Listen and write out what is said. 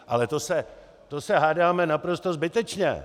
Ale to se hádáme naprosto zbytečně.